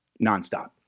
nonstop